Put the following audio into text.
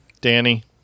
Danny